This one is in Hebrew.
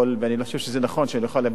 לבטל החלטה של שופט,